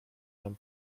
nam